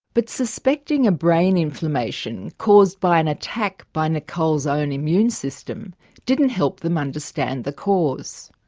but suspecting a brain inflammation caused by an attack by nichole's own immune system didn't help them understand the cause.